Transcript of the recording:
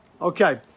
Okay